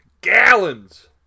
gallons